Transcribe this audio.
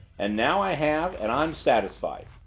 and now i have and i'm satisfied.